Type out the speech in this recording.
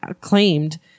claimed